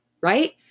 right